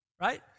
right